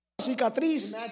cicatriz